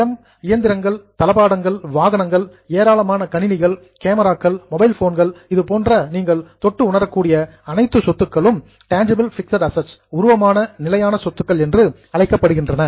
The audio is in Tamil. நிலம் இயந்திரங்கள் தளபாடங்கள் வாகனங்கள் ஏராளமான கணினிகள் கேமராக்கள் மொபைல் போன்கள் இதுபோன்ற நீங்கள் தொட்டு உணரக்கூடிய அனைத்து சொத்துக்களும் டேன்ஜிபிள் பிக்ஸட் ஆசெட்ஸ் உருவமான நிலையான சொத்துக்கள் என்று அழைக்கப்படுகின்றன